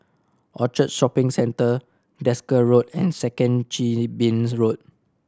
Orchard Shopping Centre Desker Road and Second Chin Bee Road